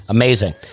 Amazing